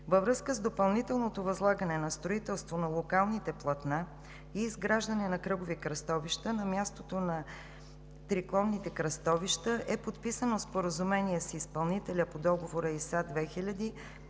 Във връзка с допълнителното възлагане на строителство на локалните платна и изграждане на кръгови кръстовища на мястото на триклонните кръстовища е подписано споразумение с изпълнителя по Договор „ИСА 2000“